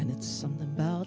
and it's something about